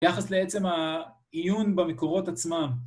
יחס לעצם העיון במקורות עצמם.